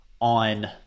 on